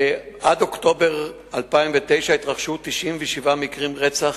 עד אוקטובר 2009 התרחשו 97 מקרי רצח,